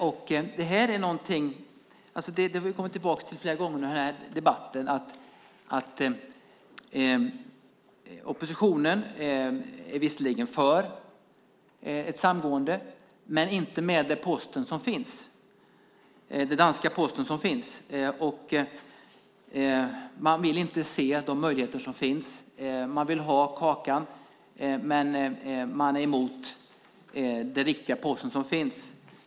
Vi har flera gånger under den här debatten kommit tillbaka till att oppositionen visserligen är för ett samgående men inte med den danska post som finns. Man vill inte se de möjligheter som finns. Man vill ha kakan men är emot den post som finns.